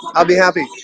i'll be happy